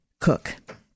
Cook